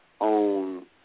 own